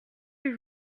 les